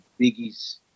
Biggie's